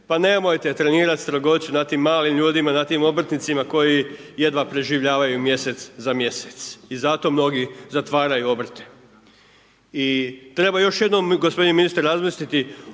Pa nemojte trenirati strogoću na tim malim ljudima, na tim obrtnicima koji jedva preživljavaju mjesec za mjesec, i zato mnogi zatvaraju obrte. I treba još jednom gospodine ministre razmisliti